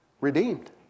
redeemed